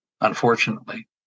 unfortunately